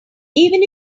even